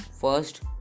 first